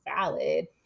valid